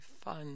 fun